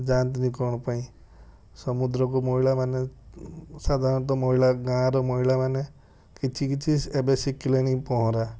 ଯାଆନ୍ତିନି କ'ଣ ପାଇଁ ସମୁଦ୍ରକୁ ମହିଳାମାନେ ସାଧାରଣତଃ ମହିଳା ଗାଁର ମହିଳାମାନେ କିଛି କିଛି ଏବେ ଶିଖିଲେଣି ପହଁରା